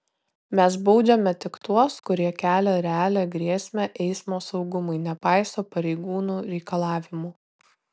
mes baudžiame tik tuos kurie kelia realią grėsmę eismo saugumui nepaiso pareigūnų reikalavimų